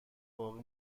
باقی